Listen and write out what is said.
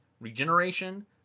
regeneration